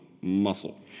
muscle